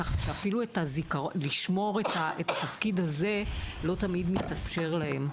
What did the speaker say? כך שאפילו לשמור את התפקיד הזה לא תמיד מתאפשר להם.